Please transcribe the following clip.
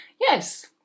Yes